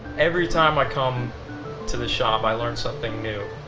every time i come to the shop i learn something new.